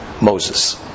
Moses